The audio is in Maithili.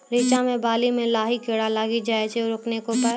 रिचा मे बाली मैं लाही कीड़ा लागी जाए छै रोकने के उपाय?